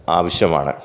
ആവശ്യമാണ്